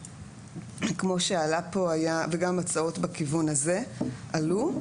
כמו שעלה פה, וגם הצעות בכיוון הזה עלו.